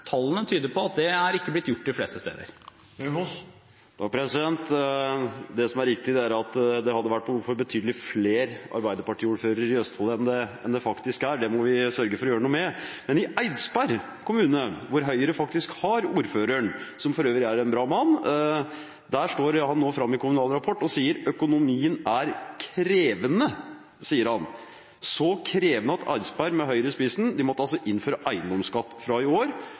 Tallene tyder på at det ikke er blitt gjort de fleste steder. Det som er riktig, er at det hadde vært behov for betydelig flere Arbeiderparti-ordførere i Østfold enn det faktisk er. Det må vi sørge for å gjøre noe med. Men i Eidsberg kommune, hvor Høyre faktisk har ordføreren, som for øvrig er en bra mann, står ordføreren nå fram i Kommunal Rapport og sier økonomien er «krevende», så krevende at Eidsberg, med Høyre i spissen, altså måtte innføre eiendomsskatt fra i år.